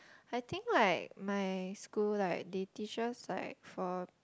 I think like my school like they teach us like for